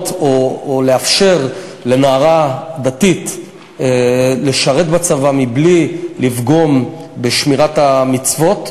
או לאפשר לנערה דתית לשרת בצבא מבלי לפגום בשמירת המצוות.